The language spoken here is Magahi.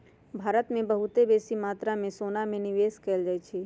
भारत में बहुते बेशी मत्रा में सोना में निवेश कएल जाइ छइ